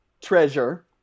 treasure